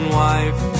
wife